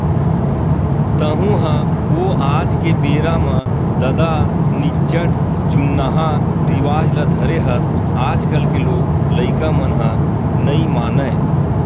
तँहू ह ओ आज के बेरा म ददा निच्चट जुन्नाहा रिवाज ल धरे हस आजकल के लोग लइका मन ह नइ मानय